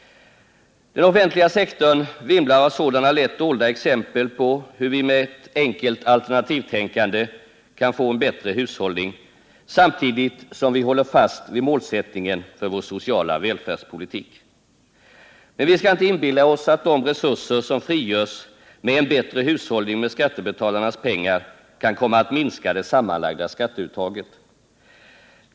Den offentliga sektorn vimlar av sådana lätt dolda exempel på hur vi med enkelt alternativtänkande kan få en bättre hushållning, samtidigt som vi håller fast vid målsättningen för vår sociala välfärdspolitik. Men vi skall inte inbilla oss att de resurser som frigörs med en bättre hushållning kan komma att minska det sammanlagda skatteuttaget.